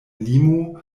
limo